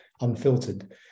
unfiltered